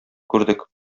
күрдек